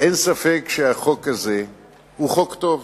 אין ספק שהחוק הזה הוא חוק טוב,